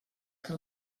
que